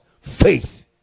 Faith